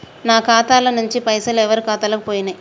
నా ఖాతా ల నుంచి పైసలు ఎవరు ఖాతాలకు పోయినయ్?